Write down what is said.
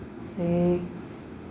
six